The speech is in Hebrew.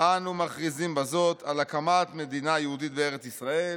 אנו מכריזים בזאת על הקמת מדינה יהודית בארץ ישראל,